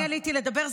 אני עליתי לדבר.